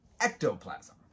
ectoplasm